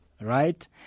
right